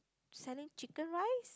selling chicken rice